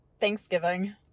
Thanksgiving